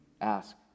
ask